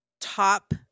top